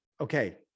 okay